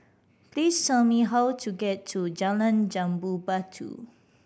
please tell me how to get to Jalan Jambu Batu